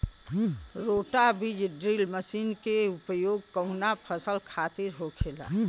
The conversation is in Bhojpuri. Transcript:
रोटा बिज ड्रिल मशीन के उपयोग कऊना फसल खातिर होखेला?